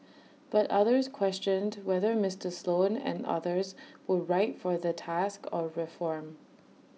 but others questioned whether Mister Sloan and others were right for the task of reform